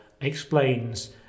explains